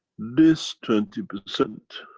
this twenty percent